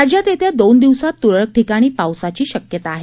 राज्यात येत्या दोन दिवसात त्रळक ठिकाणी पावसाची शक्यता आहे